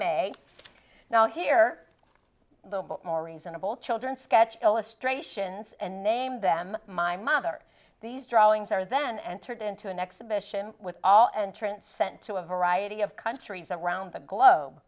may now hear more reasonable children sketch illustrations and name them my mother these drawings are then entered into an exhibition with all entrants sent to a variety of countries around the globe